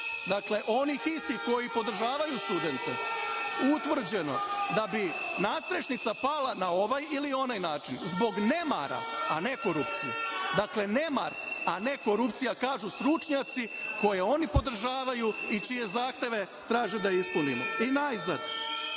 dakle onih istih koji podržavaju studente, utvrđeno da bi nadstrešnica pala na ovaj ili onaj način, zbog nemara, a ne korupcije. Dakle, nemar, a ne korupcija, kažu stručnjaci koje oni podržavaju i čije zahteve traže da ispunimo.I najzad,